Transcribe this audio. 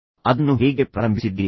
ನೀವು ಅದನ್ನು ಹೇಗೆ ಪ್ರಾರಂಭಿಸಿದ್ದೀರಿ